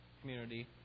community